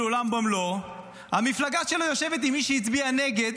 עולם ומלואו" המפלגה שלו יושבת עם מי שהצביע נגד